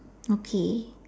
okay